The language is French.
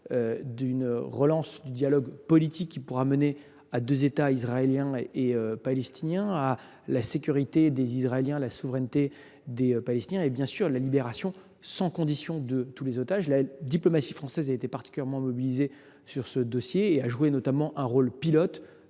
d’une relance du dialogue politique qui pourra mener à deux États, israélien et palestinien, à la sécurité des Israéliens, à la souveraineté des Palestiniens et à la libération sans condition de tous les otages. La diplomatie française a été particulièrement mobilisée sur ce dossier. Elle a également joué, aux